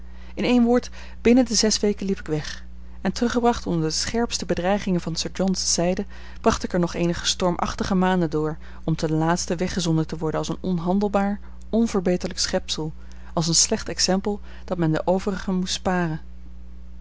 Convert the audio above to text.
in één woord binnen de zes weken liep ik weg en teruggebracht onder de scherpste bedreigingen van sir john's zijde bracht ik er nog eenige stormachtige maanden door om ten laatste weggezonden te worden als een onhandelbaar onverbeterlijk schepsel als een slecht exempel dat men den overigen moest sparen